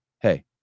Hey